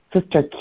Sister